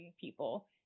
people